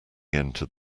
entered